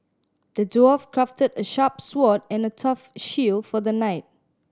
the dwarf crafted a sharp sword and a tough shield for the knight